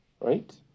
right